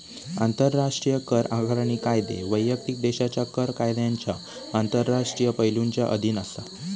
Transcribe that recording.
आंतराष्ट्रीय कर आकारणी कायदे वैयक्तिक देशाच्या कर कायद्यांच्या आंतरराष्ट्रीय पैलुंच्या अधीन असा